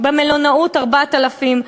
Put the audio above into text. במלונאות 4,000,